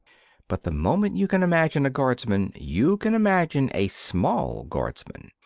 but the moment you can imagine a guardsman you can imagine a small guardsman.